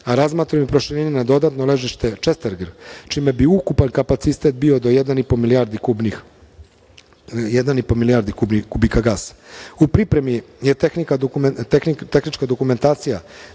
a razmatramo i proširenje na dodatno ležište Čestereg, čime bi ukupan kapacitet bio do 1,5 milijardi kubika gasa.U pripremi je tehnička dokumentacija